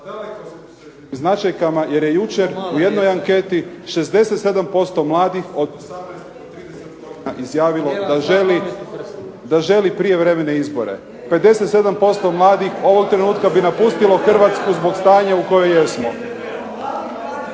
značajkama, jer je jučer u jednoj anketi 67% mladih, od 18 do 30 godina izjavilo da želi prijevremene izbore, 57% mladih ovog trenutka bi napustilo Hrvatsku zbog stanja u kojem jesmo.